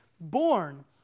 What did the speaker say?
born